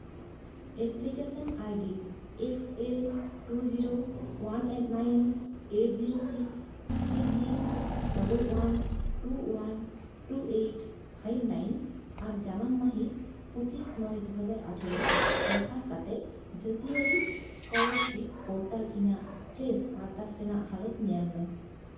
application ID X L two zero one and nine eight zero six three six double one two one two eight five nine ᱟᱨ ᱡᱟᱱᱟᱢ ᱢᱟᱹᱦᱤᱛ ᱯᱚᱸᱪᱤᱥ ᱱᱚᱭ ᱫᱩ ᱦᱟᱡᱟᱨ ᱟᱴᱷᱨᱚ ᱵᱮᱵᱚᱦᱟᱨ ᱠᱟᱛᱮᱜ ᱡᱟᱹᱛᱤᱭᱟᱨᱤ ᱥᱠᱚᱞᱟᱨᱥᱤᱯ ᱯᱳᱨᱴᱟᱞ ᱤᱧᱟ ᱜ ᱯᱷᱨᱮᱥ ᱟᱨᱫᱟᱥ ᱨᱮᱱᱟᱜ ᱦᱟᱞᱚᱛ ᱧᱮᱞ ᱢᱮ